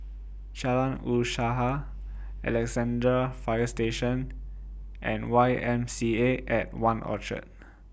Jalan Usaha Alexandra Fire Station and Y M C A At one Orchard